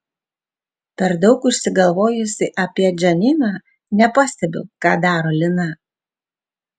per daug užsigalvojusi apie džaniną nepastebiu ką daro lina